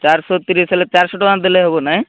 ଚାରିଶହ ତିରିଶ ହେଲେ ଚାରିଶହ ଟଙ୍କା ଦେଲେ ହେବନା